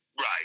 right